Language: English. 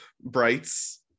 brights